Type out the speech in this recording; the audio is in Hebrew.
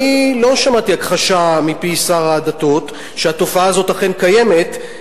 אני לא שמעתי הכחשה מפי שר הדתות שהתופעה הזאת אכן קיימת,